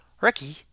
Ricky